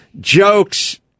jokes